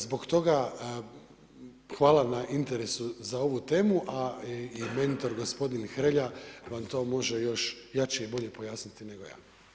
Zbog toga, hvala na interesu za ovu temu, a i mentor gospodin Hrelja vam to može jače i bolje pojasniti nego ja.